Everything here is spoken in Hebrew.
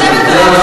השר נוכח בדיון.